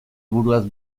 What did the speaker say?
buruaz